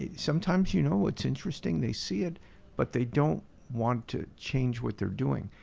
sometimes you know what's interesting? they see it but they don't want to change what they're doing.